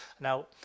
Now